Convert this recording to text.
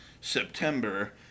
September